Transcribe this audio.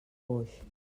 boix